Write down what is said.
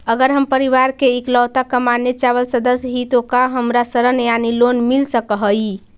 अगर हम परिवार के इकलौता कमाने चावल सदस्य ही तो का हमरा ऋण यानी लोन मिल सक हई?